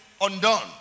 undone